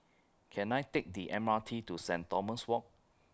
Can I Take The M R T to Saint Thomas Walk